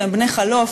שהם בני-חלוף,